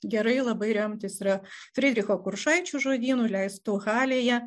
gerai labai remtis yra fridricho kuršaičio žodynu leistu halėje